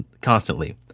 constantly